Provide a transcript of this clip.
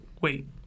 wait